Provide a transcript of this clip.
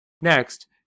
Next